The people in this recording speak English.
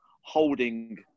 holding